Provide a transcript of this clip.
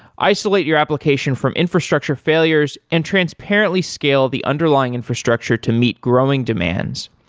isolate your application from infrastructure failures and transparently scale the underlying infrastructure to meet growing demands,